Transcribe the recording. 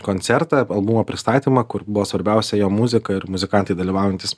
koncertą albumo pristatymą kur buvo svarbiausia jo muzika ir muzikantai dalyvaujantys